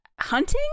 hunting